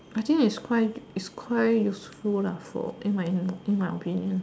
I think its quite its quite useful lah for in my in my opinion